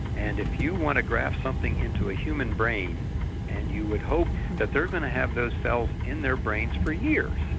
and if you want to graft something into a human brain and you would hope that they're going to have those cells in their brains for years,